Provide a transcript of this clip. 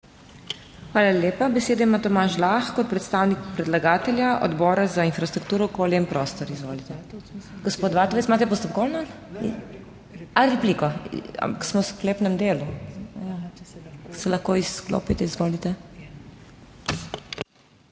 Hvala lepa. Besedo ima Tomaž Lah kot predstavnik predlagatelja Odbora za infrastrukturo, okolje in prostor. Izvolite. Gospod Vatovec, imate postopkovno? A repliko. Ampak smo v sklepnem delu. Se lahko izklopite. Izvolite.